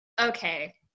okay